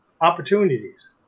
opportunities